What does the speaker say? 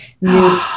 new